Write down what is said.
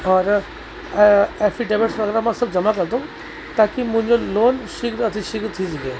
और एफ़ीडेविट्स वग़ैरह मां सभु जमा कंदुसि ताकि मुंहिंजो लोन शीघ्र अति शीघ्र थी सघे